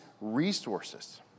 resources